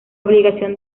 obligación